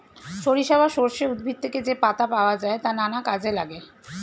সরিষা বা সর্ষে উদ্ভিদ থেকে যে পাতা পাওয়া যায় তা নানা কাজে লাগে